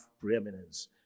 preeminence